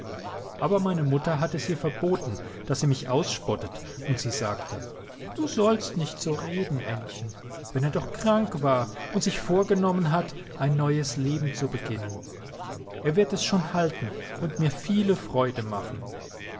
aber meine mutter hat es ihr verboten daß sie mich ausspottet und sie sagte du sollst nicht so reden ännchen wenn er doch krank war und sich vorgenommen hat ein neues leben zu beginnen er wird es schon halten und mir viele freude machen